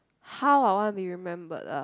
how I want be remembered ah